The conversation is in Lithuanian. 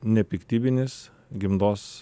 nepiktybinis gimdos